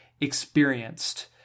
experienced